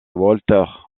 walter